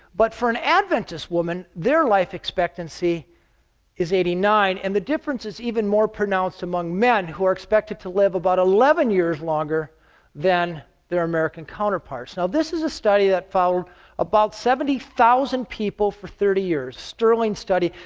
but for an adventist woman, their life expectancy is eighty nine. and the difference is even more pronounced among men, who are expected to live about eleven years longer than their american counterparts. now, this is a study that followed about seventy thousand people for thirty years. sterling study.